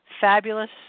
fabulous